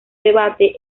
debate